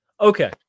Okay